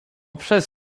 przez